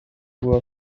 guha